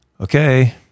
okay